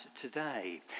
today